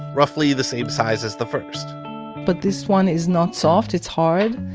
roughly the same size as the first but this one is not soft. it's hard.